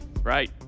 Right